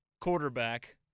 quarterback